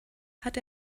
hat